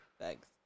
Thanks